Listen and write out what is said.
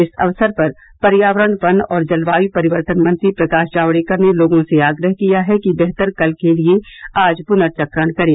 इस अवसर पर पर्यावरण वन और जलवायु परिवर्तन मंत्री प्रकाश जावड़ेकर ने लोगों से आग्रह किया है कि बेहतर कल के लिए आज पुर्नचक्रण करें